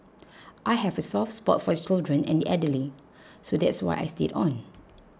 I have a soft spot for children and the elderly so that's why I stayed on